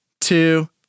two